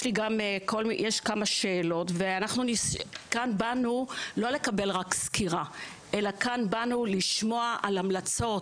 לכאן באנו לא לקבל רק סקירה אלא לכאן באנו לשמוע על המלצות,